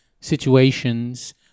situations